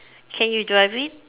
can you drive it